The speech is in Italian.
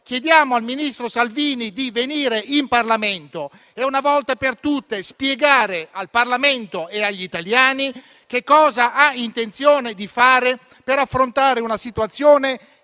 pertanto al ministro Salvini di venire in Senato e, una volta per tutte, spiegare al Parlamento e agli italiani che cosa ha intenzione di fare per affrontare una situazione